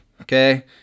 Okay